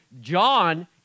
John